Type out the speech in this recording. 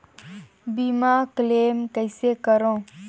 बीमा क्लेम कइसे करों?